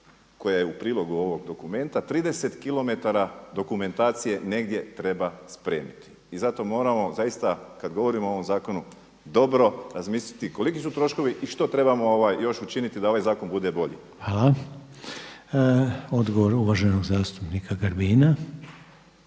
koja je u prilogu ovog dokumenta. 30 km dokumentacije negdje treba spremiti. I zato moramo zaista kada govorimo o ovom zakonu dobro razmisliti koliki su troškovi i što trebamo još učiniti da ovaj zakon bude bolji. **Reiner, Željko (HDZ)** Hvala. Odgovor uvaženog zastupnika Grbina.